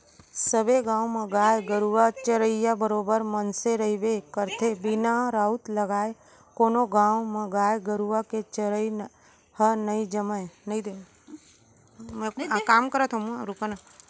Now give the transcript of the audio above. सबे गाँव म गाय गरुवा चरइया बरोबर मनसे रहिबे करथे बिना राउत लगाय कोनो गाँव म गाय गरुवा के चरई ह नई जमय